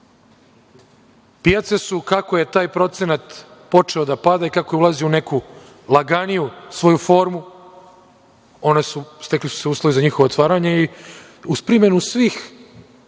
Pijace su, kako je taj procenat počeo da pada i kako je ulazio u svoju neku laganiju formu, stekli su se uslovi za njihovo otvaranje i uz primenu svih